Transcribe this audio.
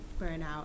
burnout